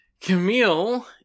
Camille